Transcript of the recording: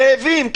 רעבים.